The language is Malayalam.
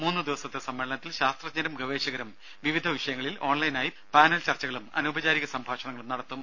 മൂന്നുദിവസത്തെ സമ്മേളനത്തിൽ ശാസ്ത്രജ്ഞരും ഗവേഷകരും വിവിധ വിഷയങ്ങളിൽ ഓൺലൈനായി പാനൽ ചർച്ചകളും അനൌപചാരിക സംഭാഷണങ്ങളും നടത്തും